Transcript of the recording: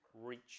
reach